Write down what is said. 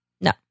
No